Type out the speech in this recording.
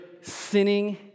sinning